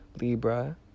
Libra